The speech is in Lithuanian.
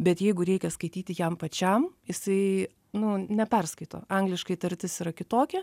bet jeigu reikia skaityti jam pačiam jisai nu neperskaito angliškai tartis yra kitokia